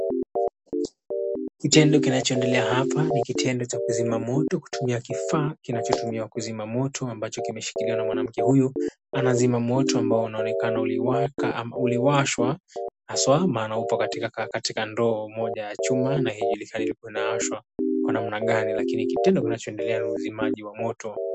Kitendo kinachoendelea hapa ni kitendo cha kuzima moto kutumia kifaa kinachotumiwa kuzima moto ambacho kimeshikiliwa na mwanamke huyu anazima moto ambao unaonekana uliwaka ama uliwashwa haswa maana upo katika ndoo moja ya chuma na haijulikani ulikuwa unawashwa kwa namna gani lakini kitendo kinachoendelea ni uzimaji wa moto.